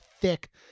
thick